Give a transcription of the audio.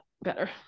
better